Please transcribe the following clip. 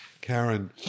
karen